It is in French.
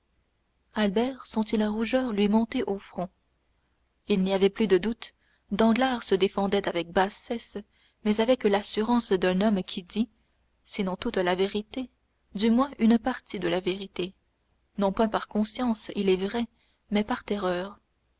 albert sentit la rougeur lui monter au front il n'y avait plus de doute danglars se défendait avec la bassesse mais avec l'assurance d'un homme qui dit sinon toute la vérité du moins une partie de la vérité non point par conscience il est vrai mais par terreur